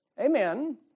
Amen